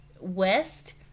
west